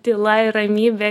tyla ir ramybė